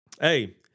Hey